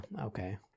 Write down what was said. okay